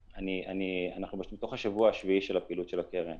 אנחנו בשבוע השביעי של הפעילות של הקרן